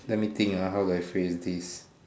let me think ah how do I phrase this